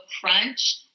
crunch